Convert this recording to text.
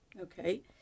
okay